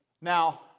Now